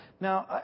Now